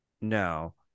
No